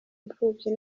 imfubyi